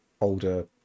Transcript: older